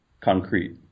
concrete